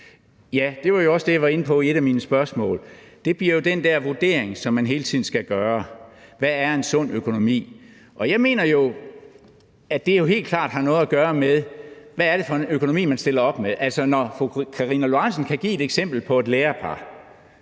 Det var jo også det, jeg var inde på i et af mine spørgsmål. Det bliver jo den der vurdering, som man hele tiden skal foretage, om, hvad en sund økonomi er. Jeg mener jo, at det helt klart har noget at gøre med, hvad det er for en økonomi, man stiller op med. Altså, med hensyn til fru Karina Lorentzens eksempel på et lærerpar,